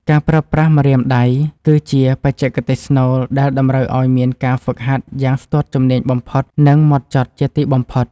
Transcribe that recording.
ការប្រើប្រាស់ម្រាមដៃគឺជាបច្ចេកទេសស្នូលដែលតម្រូវឱ្យមានការហ្វឹកហាត់យ៉ាងស្ទាត់ជំនាញបំផុត និង ហ្មត់ចត់ជាទីបំផុត។